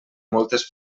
moltes